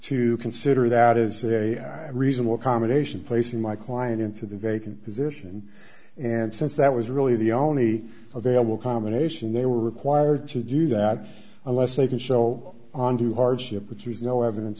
to consider that is a reasonable accommodation placing my client into the vacant position and since that was really the only available combination they were required to do that unless they can show onto hardship which is no evidence